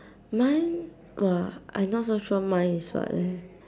mine [wah] I not so sure mine is what leh